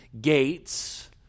gates